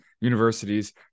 universities